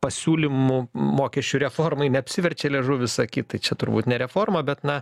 pasiūlymų mokesčių reformai neapsiverčia liežuvis sakyt tai čia turbūt ne reforma bet na